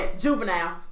juvenile